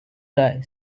guy